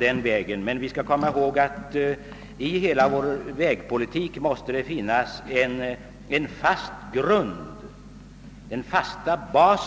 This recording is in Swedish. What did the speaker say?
Vi skall emellertid komma ihåg att det för hela vår vägpolitik måste finnas en fast grund, och